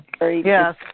Yes